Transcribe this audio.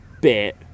bit